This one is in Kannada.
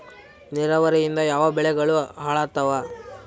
ನಿರಾವರಿಯಿಂದ ಯಾವ ಬೆಳೆಗಳು ಹಾಳಾತ್ತಾವ?